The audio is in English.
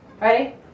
Ready